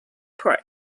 pray